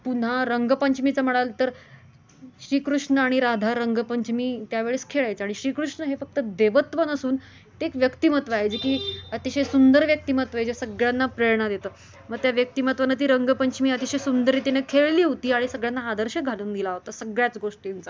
पुन्हा रंगपंचमीचा म्हणाल तर श्रीकृष्ण आणि राधा रंगपंचमी त्यावेळेस खेळायचं आणि श्रीकृष्ण हे फक्त देवत्व नसून ते एक व्यक्तिमत्व आहे जे की अतिशय सुंदर व्यक्तिमत्व आहे जे सगळ्यांना प्रेरणा देतं मग त्या व्यक्तिमत्वानं ती रंगपंचमी अतिशय सुंदर रितीने खेळली होती आणि सगळ्यांना आदर्श घालून दिला होता सगळ्याच गोष्टींचा